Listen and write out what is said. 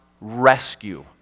rescue